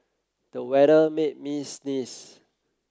the weather made me sneeze